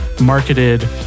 marketed